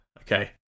Okay